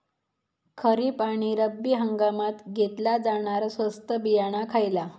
खरीप आणि रब्बी हंगामात घेतला जाणारा स्वस्त बियाणा खयला?